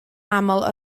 aml